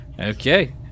Okay